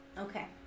Okay